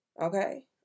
Okay